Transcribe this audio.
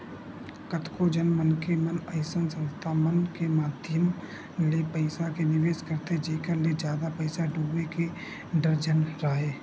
कतको झन मनखे मन अइसन संस्था मन के माधियम ले पइसा के निवेस करथे जेखर ले जादा पइसा डूबे के डर झन राहय